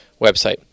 website